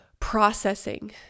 processing